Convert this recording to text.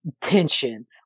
tension